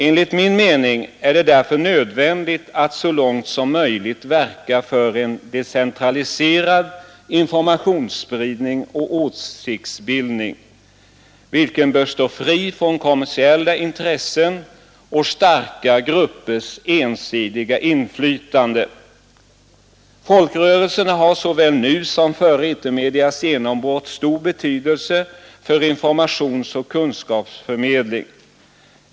Enligt min mening är det därför nödvändigt att så långt som möjligt verka för en centraliserad informationsspridning och åsiktsspridning, vilken bör stå fri från kommersiella intressen och starka gruppers ensidiga inflytande. Folkrörelserna har såväl nu som före etermedias genombrott stor betydelse för informationsoch kunskapsförmedling.